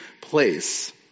place